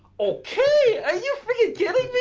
okay, are you freaking kidding me,